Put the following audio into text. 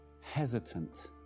hesitant